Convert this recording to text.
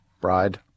Bride